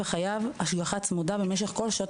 וחייב השגחה צמודה של מבוגר במשך כל שעות